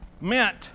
meant